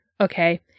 Okay